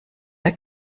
der